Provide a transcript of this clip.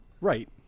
Right